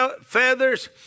feathers